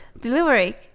delivery